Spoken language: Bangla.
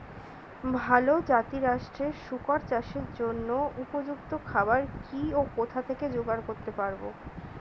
ভালো জাতিরাষ্ট্রের শুকর চাষের জন্য উপযুক্ত খাবার কি ও কোথা থেকে জোগাড় করতে পারব?